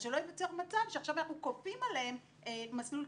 אני שואל אותך עכשיו שאלה דמיונית שאני בדרך כלל לא